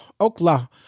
Oklahoma